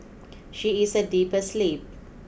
she is a deeper sleep